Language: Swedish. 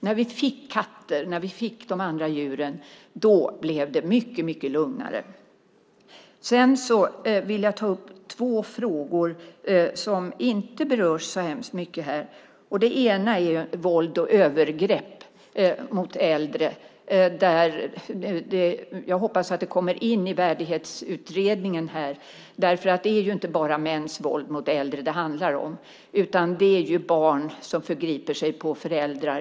När vi fick katter och när vi fick de andra djuren blev det mycket lugnare, säger man. Sedan vill jag ta upp två frågor som inte berörs så hemskt mycket här. Det ena är våld och övergrepp mot äldre. Jag hoppas att det kommer in i Värdighetsutredningen. Det är inte bara mäns våld mot äldre det handlar om. Det är barn som förgriper sig på föräldrar.